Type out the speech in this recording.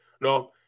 No